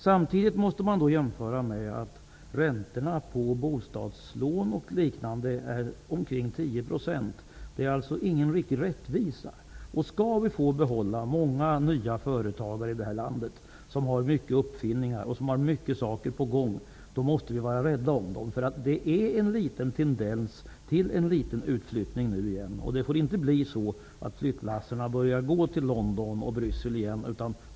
Samtidigt måste vi jämföra med att räntorna på bostadslån och liknande ligger på ca 10 %. Det finns alltså ingen riktig rättvisa här. Om vi skall kunna behålla många nya företagare -- som har många uppfinningar och många saker på gång -- i det här landet måste vi vara rädda om dem. Det finns en tendens till en liten utflyttning nu igen. Det får inte bli så att flyttlassen börjar gå till London och Bryssel igen.